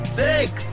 six